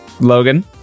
Logan